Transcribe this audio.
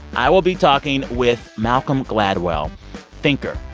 i will be talking with malcolm gladwell thinker,